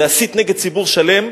להסית נגד ציבור שלם,